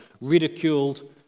ridiculed